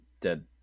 dead